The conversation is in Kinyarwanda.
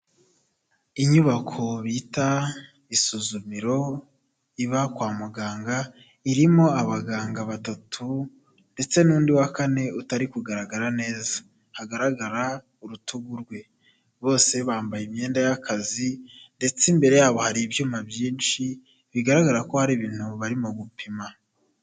Inyubako bita isuzumiro iba kwa muganga, irimo abaganga batatu, ndetse n'undi wa kane utari kugaragara neza. Hagaragara urutugu rwe. Bose bambaye imyenda y'akazi, ndetse imbere yabo hari ibyuma byinshi, bigaragara ko hari ibintu barimo gupima.